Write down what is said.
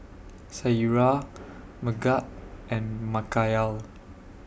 Syirah Megat and Mikhail